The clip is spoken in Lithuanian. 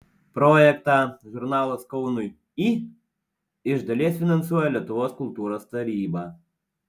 projektą žurnalas kaunui į iš dalies finansuoja lietuvos kultūros taryba